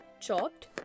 chopped